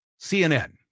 CNN